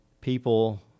people